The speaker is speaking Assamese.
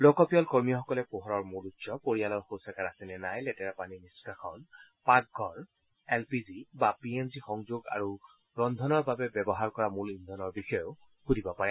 লোকপিয়ল কৰ্মীসকলে পোহৰৰ মূল উৎস পৰিয়ালৰ শৌচাগাৰ আছেনে নাই লেতেৰা পানী নিষ্কাষণ পাকঘৰ এলপিজি বা পিএনজি সংযোগ আৰু ৰন্ধনৰ বাবে ব্যৱহাৰ কৰা মূল ইন্ধনৰ বিষয়েও সুধিব পাৰে